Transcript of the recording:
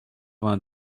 vingt